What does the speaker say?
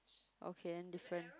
okay then different